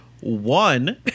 one